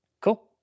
Cool